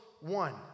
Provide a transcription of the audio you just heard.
one